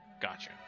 gotcha